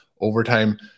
Overtime